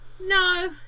no